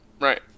right